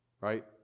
Right